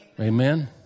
Amen